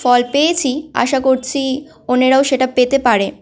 ফল পেয়েছি আশা করছি অন্যেরাও সেটা পেতে পারে